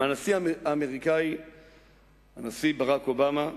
מהנשיא ברק אובמה,